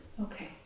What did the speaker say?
Okay